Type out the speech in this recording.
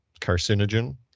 carcinogen